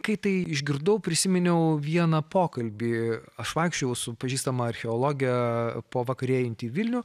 kai tai išgirdau prisiminiau vieną pokalbį aš vaikščiojau su pažįstama archeologe po vakarėjantį vilnių